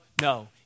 no